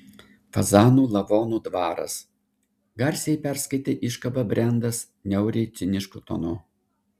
fazanų lavonų dvaras garsiai perskaitė iškabą brendas niauriai cinišku tonu